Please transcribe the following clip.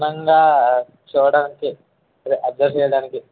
క్షుణ్ణంగా చూడ్డానికి అదే అబ్సర్వ్ చేయడానికి